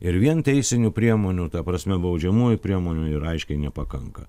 ir vien teisinių priemonių ta prasme baudžiamųjų priemonių ir aiškiai nepakanka